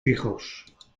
hijos